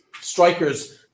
strikers